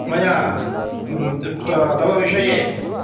मया त तव विषये